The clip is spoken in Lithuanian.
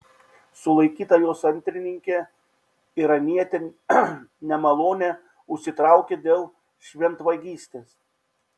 sulaikyta jos antrininkė iranietė nemalonę užsitraukė dėl šventvagystės